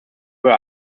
were